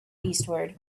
eastward